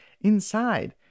inside